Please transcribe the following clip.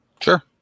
Sure